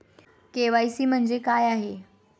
KYC म्हणजे काय आहे?